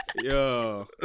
Yo